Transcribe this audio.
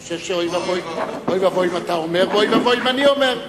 אני חושב שאוי ואבוי אם אתה אומר ואוי ואבוי אם אני אומר.